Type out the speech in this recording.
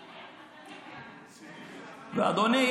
אדוני,